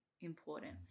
important